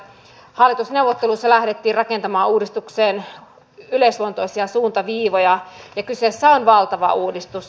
hallitusneuvotteluissa lähdettiin rakentamaan uudistukseen yleisluontoisia suuntaviivoja ja kyseessä on valtava uudistus